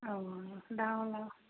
ꯑꯧ ꯂꯥꯛꯑꯣ ꯂꯥꯛꯑꯣ